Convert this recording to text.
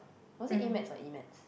was it a-maths or e-maths